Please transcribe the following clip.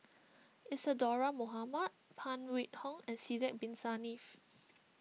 Isadhora Mohamed Phan Wait Hong and Sidek Bin Saniff